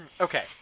Okay